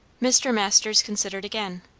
mr. masters considered again.